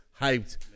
hyped